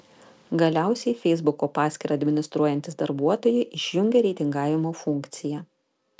galiausiai feisbuko paskyrą administruojantys darbuotojai išjungė reitingavimo funkciją